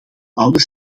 oude